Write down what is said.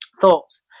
thoughts